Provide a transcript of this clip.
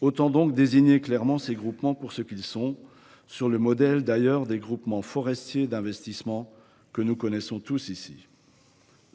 Autant donc désigner clairement ces groupements pour ce qu’ils sont, sur le modèle d’ailleurs des groupements forestiers d’investissement, que nous connaissons tous ici.